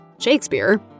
Shakespeare